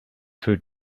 food